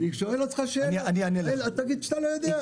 אני שואל אותך שאלה, תענה, אל תגיד שאתה לא יודע.